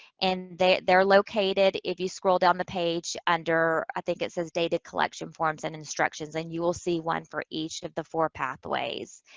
and they're located, if you scroll down the page, under, i think it says data collection forms and instructions. and you will see one for each of the four pathways.